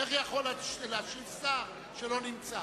איך יכול שר שאינו נמצא